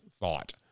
thought